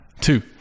Two